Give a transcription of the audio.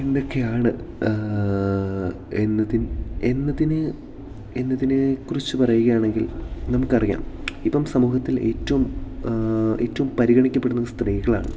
എന്തൊക്കെയാണ് എന്നതിന് എന്നതിന് എന്നതിനെ കുറിച്ച് പറയുക ആണെങ്കിൽ നമുക്ക് അറിയാം ഇപ്പം സമൂഹത്തിൽ ഏറ്റവും ഏറ്റവും പരിഗണിക്കപ്പെടുന്നത് സ്ത്രീകളാണ്